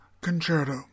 Concerto